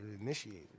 initiated